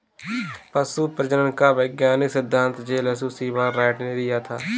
पशु प्रजनन का वैज्ञानिक सिद्धांत जे लुश सीवाल राइट ने दिया था